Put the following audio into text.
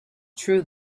true